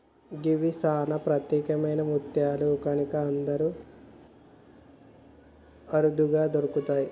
గివి సానా ప్రత్యేకమైన ముత్యాలు కనుక చాలా అరుదుగా దొరుకుతయి